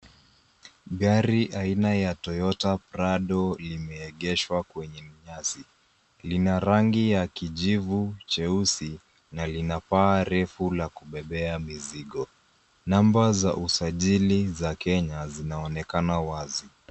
Gari aina ya Toyota Prado limeegeshwa kwenye nyasi. Lina rangi ya kijivu cheusi, na lina paa refu la kubebea mizigo. Namba za usajili za Kenya, zinaonekana wazi.